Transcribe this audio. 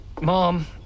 Mom